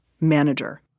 manager